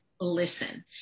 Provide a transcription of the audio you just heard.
listen